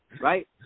right